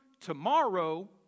tomorrow